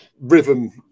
rhythm